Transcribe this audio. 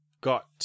got